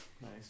Nice